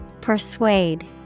Persuade